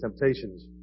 temptations